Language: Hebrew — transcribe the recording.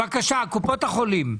בבקשה, קופות החולים.